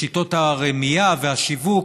שיטות הרמייה והשיווק.